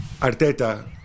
Arteta